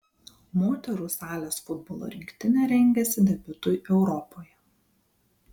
moterų salės futbolo rinktinė rengiasi debiutui europoje